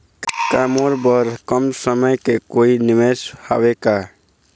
का मोर बर कम समय के कोई निवेश हावे का?